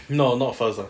not not first ah